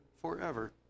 forever